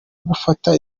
gufunga